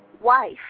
wife